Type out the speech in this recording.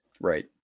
right